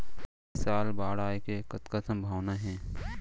ऐ साल बाढ़ आय के कतका संभावना हे?